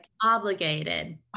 obligated